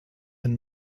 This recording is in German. ein